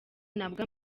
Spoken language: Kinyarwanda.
nabwo